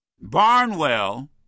Barnwell